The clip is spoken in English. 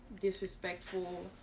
disrespectful